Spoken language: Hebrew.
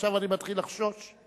עכשיו אני מתחיל לחשוש.